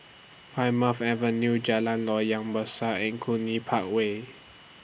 Plymouth Avenue Jalan Loyang Besar and Cluny Park Way